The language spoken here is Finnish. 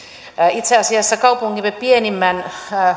itse asiassa kaupunkimme pienimmän